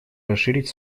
расширить